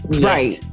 right